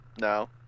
No